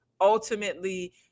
ultimately